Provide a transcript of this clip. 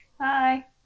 Hi